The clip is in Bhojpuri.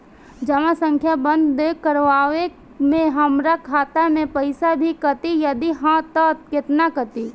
जमा खाता बंद करवावे मे हमरा खाता से पईसा भी कटी यदि हा त केतना कटी?